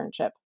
internship